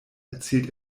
erzielt